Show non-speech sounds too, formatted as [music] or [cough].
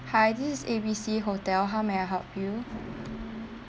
hi this is A B C hotel how may I help you [noise]